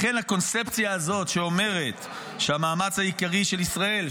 לכן הקונספציה הזאת שאומרת שהמאמץ העיקרי של ישראל,